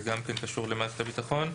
גם הוא קשור למערכת הביטחון.